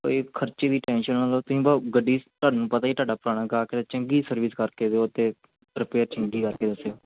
ਭਾਅ ਜੀ ਖਰਚੇ ਦੀ ਟੈਂਸ਼ਨ ਨਾ ਲਓ ਤੁਸੀਂ ਬਸ ਗੱਡੀ ਤੁਹਾਨੂੰ ਪਤਾ ਹੀ ਤੁਹਾਡਾ ਪੁਰਾਣਾ ਗਾਹਕ ਹੈ ਚੰਗੀ ਸਰਵਿਸ ਕਰਕੇ ਦਿਓ ਅਤੇ ਰਿਪੇਅਰ ਚੰਗੀ ਕਰਕੇ ਦੱਸਿਓ